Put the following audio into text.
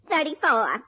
Thirty-four